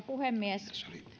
puhemies